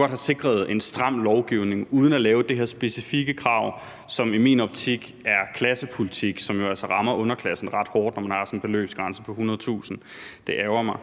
godt have sikret en stram lovgivning uden at lave det her specifikke krav, som i min optik er klassepolitik, og som jo altså rammer underklassen ret hårdt – når man har sådan en beløbsgrænse på 100.000 kr. Det ærgrer mig.